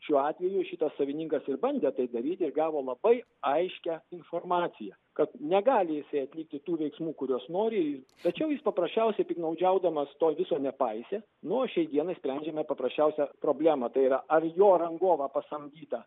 šiuo atveju šito savininkas ir bandė tai daryti ir gavo labai aiškią informaciją kad negali jisai atlikti tų veiksmų kuriuos nori tačiau jis paprasčiausiai piktnaudžiaudamas to viso nepaisė nu o šiai dienai sprendžiame paprasčiausią problemą tai yra ar jo rangovą pasamdytą